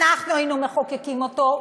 אנחנו היינו מחוקקים אותו.